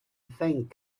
thing